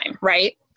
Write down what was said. right